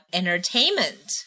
entertainment